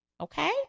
Okay